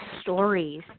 stories